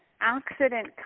accident